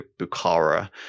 Bukhara